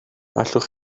allwch